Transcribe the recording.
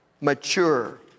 mature